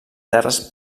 terres